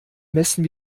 messen